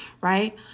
Right